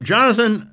Jonathan